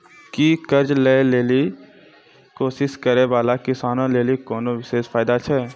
कि कर्जा लै के लेली कोशिश करै बाला किसानो लेली कोनो विशेष फायदा छै?